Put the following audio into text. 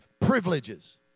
privileges